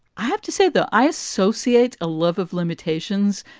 i have to say, though, i associate a love of limitations,